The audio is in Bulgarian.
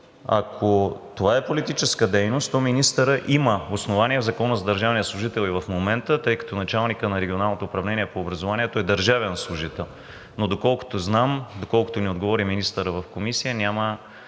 ако това е политическа дейност, то министърът има основание в Закона за държавния служител и в момента, тъй като началникът на регионалното управление по образованието е държавен служител, но доколкото знам, доколкото ни отговори министърът в Комисията, няма